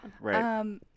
Right